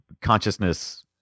consciousness